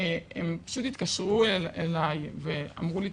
הם פשוט התקשרו אלי ואמרו לי,